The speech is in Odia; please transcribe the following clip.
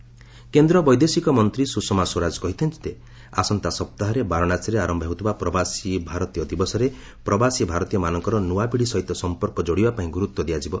ସୁଷମା ପିବିଡି କେନ୍ଦ୍ର ବୈଦେଶିକ ମନ୍ତ୍ରୀ ସୁଷମା ସ୍ୱରାଜ କହିଛନ୍ତି ଯେ ଆସନ୍ତା ସପ୍ତାହରେ ବାରାଣସୀରେ ଆରମ୍ଭ ହେଉଥିବା ପ୍ରବାସୀ ଭାରତୀୟ ଦିବସରେ ପ୍ରବାସୀ ଭାରତୀୟମାନଙ୍କର ନୂଆ ପିଢ଼ି ସହିତ ସମ୍ପର୍କ ଯୋଡ଼ିବା ପାଇଁ ଗୁରୁତ୍ୱ ଦିଆଯିବ